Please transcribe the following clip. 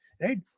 Right